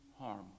harm